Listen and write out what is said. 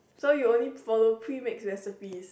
so you only follow premix recipes